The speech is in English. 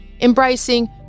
embracing